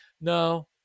No